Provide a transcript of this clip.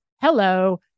hello